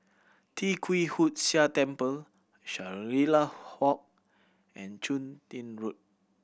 Tee Kwee Hood Sia Temple Shangri La Walk and Chun Tin Road